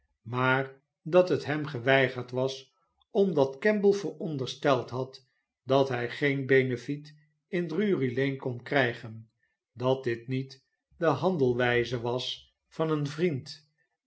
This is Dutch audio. maar dat het hem geweigerd was omdat kemble voorondersteld had dat hij geen beneflet in drury-lane kon krijgen dat dit niet de handelwijze was van een vriend